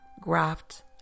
graft